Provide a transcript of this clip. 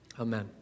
Amen